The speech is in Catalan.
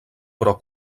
però